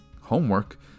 homework